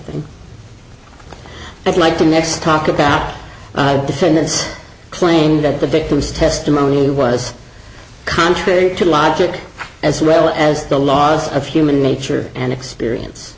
thing i'd like to next talk about defendant's claim that the victim's testimony was contrary to logic as well as the laws of human nature and experience